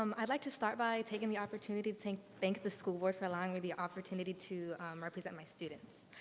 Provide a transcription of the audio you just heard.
um i'd like to start by taking the opportunity to thank thank the school board for allowing me the opportunity to represent my students.